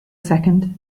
second